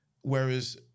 Whereas